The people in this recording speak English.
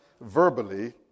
verbally